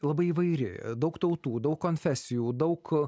labai įvairi daug tautų daug konfesijų daug